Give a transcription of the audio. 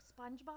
SpongeBob